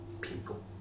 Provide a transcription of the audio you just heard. people